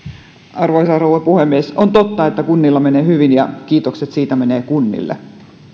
arvoisa rouva puhemies on totta että kunnilla menee hyvin ja kiitokset siitä menevät kunnille